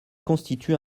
constitue